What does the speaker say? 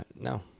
No